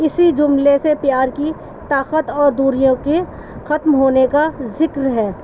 اسی جملے سے پیار کی طاقت اور دوریوں کے ختم ہونے کا ذکر ہے